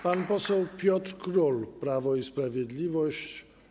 Pan poseł Piotr Król, Prawo i Sprawiedliwość.